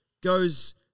goes